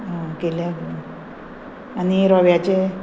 आं केल्या आनी रव्याचे